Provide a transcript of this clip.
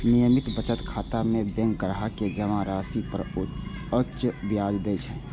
नियमित बचत खाता मे बैंक ग्राहक कें जमा राशि पर उच्च ब्याज दै छै